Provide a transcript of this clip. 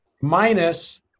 minus